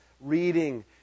reading